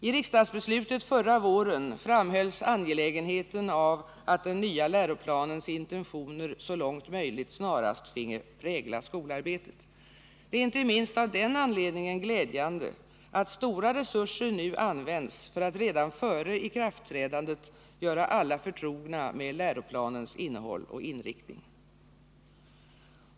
I riksdagsbeslutet förra våren framhölls angelägenheten av att den nya läroplanens intentioner så långt möjligt snarast finge prägla skolarbetet. Det är inte minst av den anledningen glädjande att stora resurser nu används för att före ikraftträdandet göra alla förtrogna med läroplanens innehåll och inriktning.